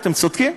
אתם צודקים.